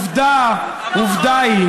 עובדה, עובדות.